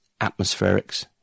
Atmospherics